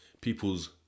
people's